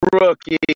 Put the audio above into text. Rookie